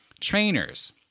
Trainers